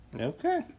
okay